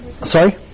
Sorry